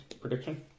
prediction